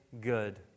good